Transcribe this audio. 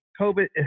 COVID